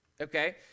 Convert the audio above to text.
okay